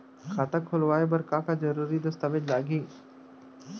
खाता खोलवाय बर का का जरूरी दस्तावेज लागही?